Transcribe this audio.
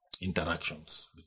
interactions